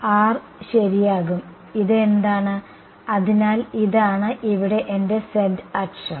R ശരിയാകും ഇത് എന്താണ് അതിനാൽ ഇതാണ് ഇവിടെ എന്റെ z അക്ഷം